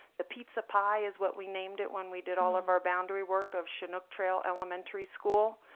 the pizza pie is what we named it when we did all of our boundary work of chinook trail elementary school.